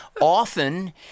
often